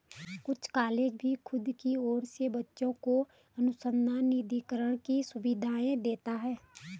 कुछ कॉलेज भी खुद की ओर से बच्चों को अनुसंधान निधिकरण की सुविधाएं देते हैं